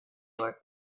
were